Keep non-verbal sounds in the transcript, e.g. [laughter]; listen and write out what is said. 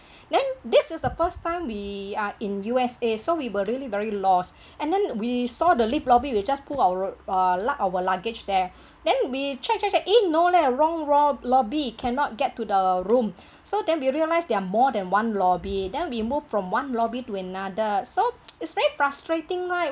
[breath] then this is the first time we uh in U_S_A so we were really very lost [breath] and then we saw the lift lobby we just pulled our err lug~ our luggage there [breath] then we check check check in no leh wrong ro~ lobby cannot get to the room [breath] so then we realise there are more than one lobby then we move from one lobby to another so [noise] it's very frustrating right